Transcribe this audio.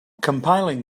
compiling